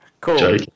Cool